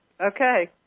Okay